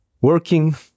working